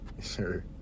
Sure